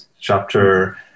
chapter